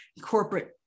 corporate